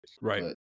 Right